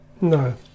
No